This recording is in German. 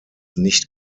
nicht